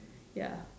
ya